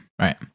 Right